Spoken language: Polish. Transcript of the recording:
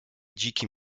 dzikim